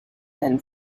and